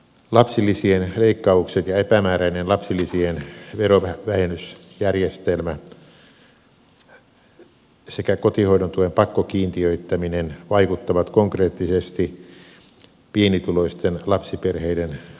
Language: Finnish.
lapsilisien leikkaukset ja epämääräinen lapsilisien verovähennysjärjestelmä sekä kotihoidon tuen pakkokiintiöittäminen vaikuttavat konkreettisesti pienituloisten lapsiperheiden toimeentuloon